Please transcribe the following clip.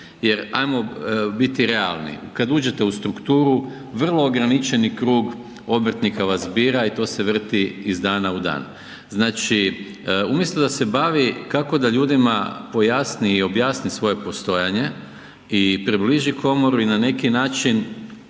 Jer ajmo biti realni, kada uđete u strukturu vrlo ograničeni krug obrtnika vas bira i to se vrti iz dana u dan. Znači umjesto da se bavi kako da ljudima pojasni i objasni svoje postojanje i približi komoru i na neki način